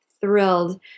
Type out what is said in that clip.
thrilled